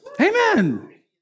Amen